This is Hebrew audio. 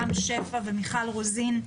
רם שפע ומיכל רוזין.